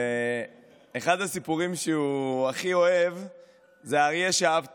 אחד הסיפורים שהוא הכי אוהב הוא "האריה שאהב תות".